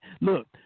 Look